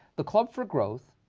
the club for growth,